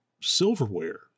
silverware